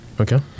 Okay